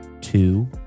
two